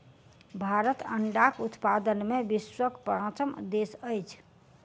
भारत अंडाक उत्पादन मे विश्वक पाँचम देश अछि